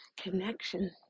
connection